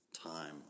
time